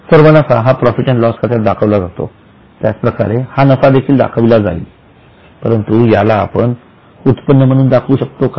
सर्व नफा हा प्रॉफिट अँड लॉस खात्यात दाखविला जातो त्याच प्रकारे हा नफा देखील दाखविला जाईल परंतु याला आपण उत्पन्न म्हणून दाखवू शकतो का